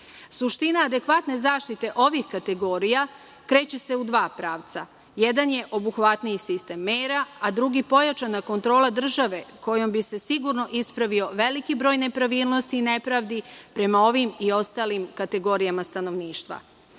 adekvatne zaštite ovih kategorija kreće se u dva pravca. Jedan je obuhvatniji sistem mera, a drugi pojačana kontrola države kojom bi se sigurno ispravio veliki broj nepravilnosti i nepravdi prema ovim i ostalim kategorijama stanovništva. Važno